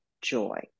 joy